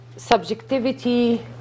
Subjectivity